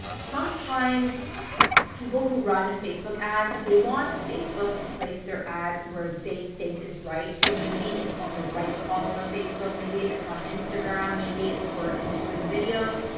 sometimes people who run facebook ads, they want facebook to place their ads where they think is right. so maybe it's on the right column of facebook. maybe it's on instagram. maybe it's for instream videos.